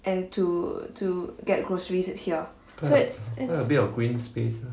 and to to get groceries it's here so it's it's